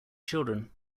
children